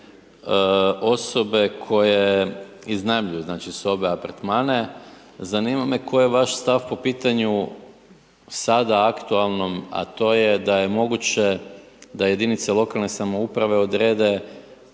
osobe koje iznajmljuju znači sobe, apartmane, zanima me koji je vaš stav po pitanju sada aktualnom, a to je a je moguće da jedinice lokalne samouprave odrede